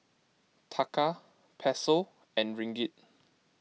Taka Peso and Ringgit